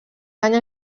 any